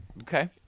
Okay